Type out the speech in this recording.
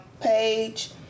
page